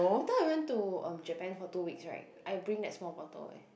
that time I went to Japan for two weeks right I bring that small bottle eh